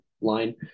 line